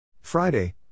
Friday